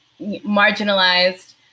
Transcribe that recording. marginalized